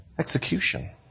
Execution